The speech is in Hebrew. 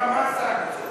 מה הסנקציות?